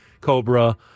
Cobra